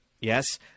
Yes